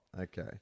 Okay